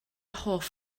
hoff